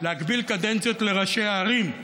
להגביל קדנציות לראשי הערים.